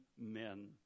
men